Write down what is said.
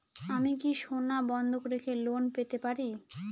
আমি কি সোনা বন্ধক রেখে লোন পেতে পারি?